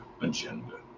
agenda